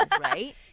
right